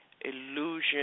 Illusion